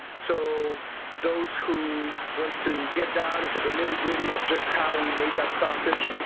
so those who want to get down into the nitty-gritty of just how we made that sausage,